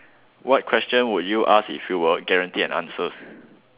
what question would you ask if you were guaranteed an answer